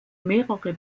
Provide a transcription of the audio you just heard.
mehrere